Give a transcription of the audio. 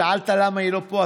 שאלת למה היא לא פה,